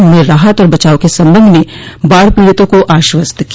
उन्होंने राहत और बचाव के संबंध में बाढ़ पीड़ितों को आश्वस्त किया